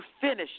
finished